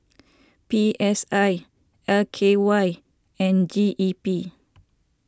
P S I L K Y and G E P